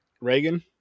Reagan